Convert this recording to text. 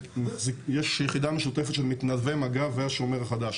יש יחידה משותפת של מתנדבי מג"ב והשומר החדש.